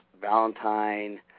valentine